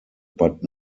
but